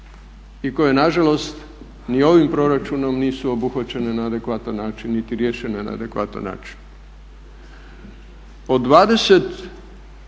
i koje nažalost ni ovim proračunom nisu obuhvaćene na adekvatan način niti riješene na adekvatan način. Od 20